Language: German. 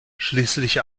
schließlich